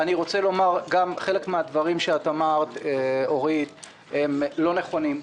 חלק מהדברים שאורית פרקש-הכהן אמרה לא נכונים.